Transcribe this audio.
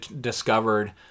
discovered